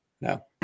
No